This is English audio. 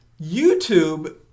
YouTube